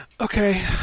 Okay